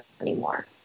anymore